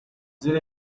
زیر